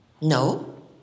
No